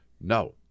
no